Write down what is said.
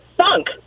sunk